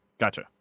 gotcha